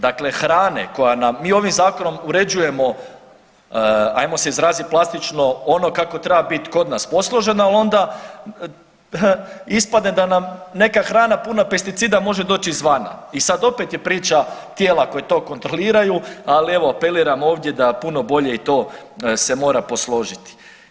Dakle, hrane koja nam i ovim zakonom uređujemo, ajmo se izrazit plastično, ono kako treba biti kod nas poslužena ali onda ispadne da nam neka hrana puna pesticida može doći izvana i sad opet je priča tijela koja to kontroliraju ali evo, apeliram ovdje da puno bolje i to se mora posložiti.